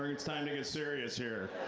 it's time to get serious here.